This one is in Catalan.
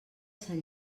sant